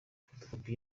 fotokopi